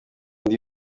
ndi